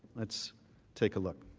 let's take a look.